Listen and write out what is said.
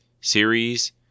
series